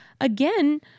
again